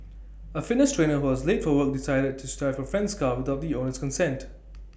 A fitness trainer who was late for work decided tooth drive A friend's car without the owner's consent